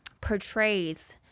portrays